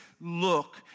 look